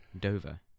dover